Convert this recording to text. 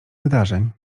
wydarzeń